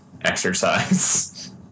exercise